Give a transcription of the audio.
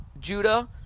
Judah